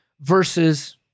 versus